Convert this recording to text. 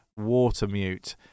Watermute